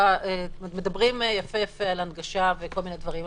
אתם מדברים יפה יפה על הנגשה וכל מיני דברים,